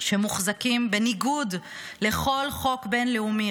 שמוחזקים בניגוד לכל חוק בין-לאומי,